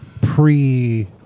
pre